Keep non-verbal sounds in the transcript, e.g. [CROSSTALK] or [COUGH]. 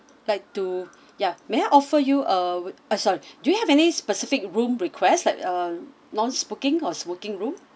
like to [BREATH] ya may offer you uh oh sorry do you have any specific room request like uh non smoking or smoking room